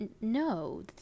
no